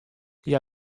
hja